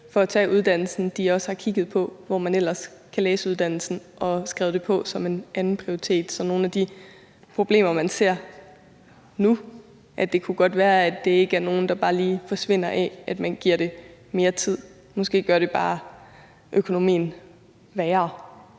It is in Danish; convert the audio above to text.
for at tage uddannelsen, også har kigget på, hvor man ellers kan tage uddannelsen, og skrevet det på som andenprioritet? Så det kan godt være, at nogle af de problemer, man ser nu, ikke er nogle, der bare lige forsvinder ved, at man giver det mere tid; måske gør det bare økonomien værre